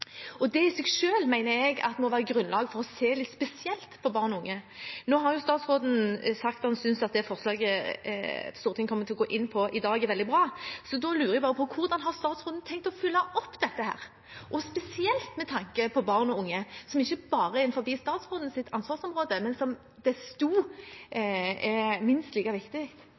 Det i seg selv mener jeg må være grunnlag for å se litt spesielt på barn og unge. Nå har statsråden sagt at han synes det forslaget Stortinget kommer til å gå inn på i dag, er veldig bra. Så da lurer jeg bare på: Hvordan har statsråden tenkt å følge opp dette, og spesielt med tanke på barn og unge, som ikke bare er innenfor statsrådens ansvarsområde, men som ikke desto mindre er minst like viktig?